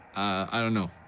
i don't know.